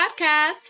podcast